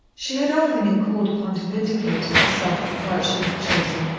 she had often been called upon to vindicate to herself the part she had chosen,